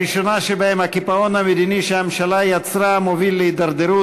הראשונה שבהן: הקיפאון המדיני שהממשלה יצרה מוביל להידרדרות